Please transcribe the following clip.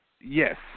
Yes